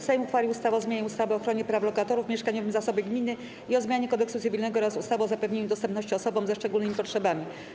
Sejm uchwalił ustawę o zmianie ustawy o ochronie praw lokatorów, mieszkaniowym zasobie gminy i o zmianie Kodeksu cywilnego oraz ustawy o zapewnieniu dostępności osobom ze szczególnymi potrzebami.